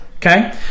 Okay